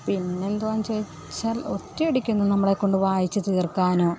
പിന്നെ എന്താണെന്ന് ചോദിച്ചാൽ ഒറ്റയടിക്ക് ഒന്നും നമ്മളെ കൊണ്ട് വായിച്ചു തീർക്കാനോ